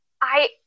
I-